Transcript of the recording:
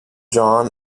john